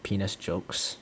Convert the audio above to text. penis jokes